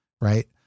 right